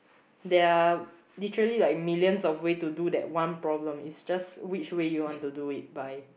there are literally like millions of way to do that one problem it's just which way you want to do it by